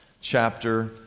chapter